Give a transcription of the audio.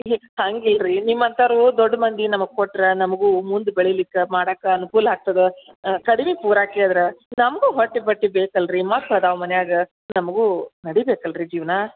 ಇಲ್ಲ ರಿ ಹಂಗೆ ಇಲ್ಲ ರಿ ನಿಮ್ಮಂಥೋರು ದೊಡ್ಡ ಮಂದಿ ನಮಗೆ ಕೊಟ್ರೆ ನಮಗೂ ಮುಂದೆ ಬೆಳಿಲಿಕ್ಕೆ ಮಾಡಕ್ಕೆ ಅನುಕೂಲ ಆಗ್ತದೆ ಕಡಿಮೆ ಪೂರ ಕೇಳ್ದ್ರೆ ನಮಗೂ ಹೊಟ್ಟೆ ಬಟ್ಟೆಗ್ ಬೇಕಲ್ಲ ರೀ ಮಕ್ಳು ಅದಾವ ಮನ್ಯಾಗ ನಮಗೂ ನಡಿಬೇಕಲ್ಲ ರೀ ಜೀವನ